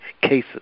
cases